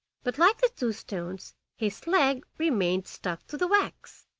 but like the two stones his leg remained stuck to the wax,